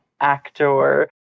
actor